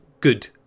good